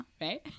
right